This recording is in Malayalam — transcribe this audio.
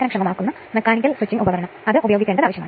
2 Ω x 1 6 ആണ്